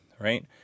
right